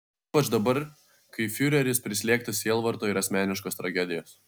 ypač dabar kai fiureris prislėgtas sielvarto ir asmeniškos tragedijos